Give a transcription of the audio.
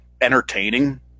entertaining